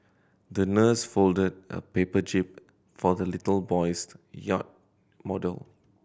the nurse folded a paper jib for the little boy's yacht model